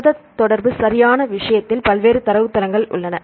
புரத தொடர்பு சரியான விஷயத்தில் பல்வேறு தரவுத்தளங்கள் உள்ளன